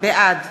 בעד